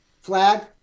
flag